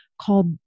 called